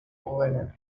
lenin